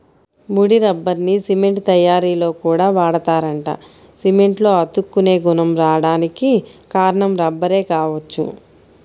ముడి రబ్బర్ని సిమెంట్ తయ్యారీలో కూడా వాడతారంట, సిమెంట్లో అతుక్కునే గుణం రాడానికి కారణం రబ్బరే గావచ్చు